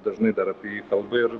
dažnai dar apie jį kalba ir